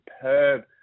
superb